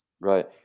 right